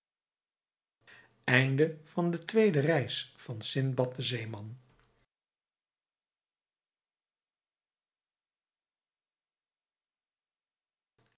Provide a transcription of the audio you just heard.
aldus aan tweede reis van sindbad den zeeman